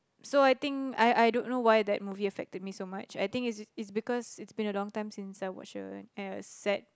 so I think I I don't know why that movie affected me so much I think it's it's because it's been a long time since I watched a a sad